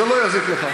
זה לא יזיק לך.